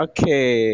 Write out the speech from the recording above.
Okay